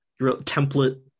template